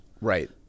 Right